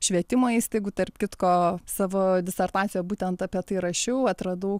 švietimo įstaigų tarp kitko savo disertacijoj būtent apie tai rašiau atradau